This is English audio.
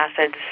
acids